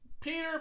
Peter